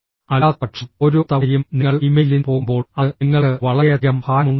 അല്ലാത്തപക്ഷം ഓരോ തവണയും നിങ്ങൾ ഇമെയിലിന് പോകുമ്പോൾ അത് നിങ്ങൾക്ക് വളരെയധികം ഭാരമുണ്ടാക്കുന്നു